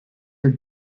your